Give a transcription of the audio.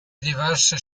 diverse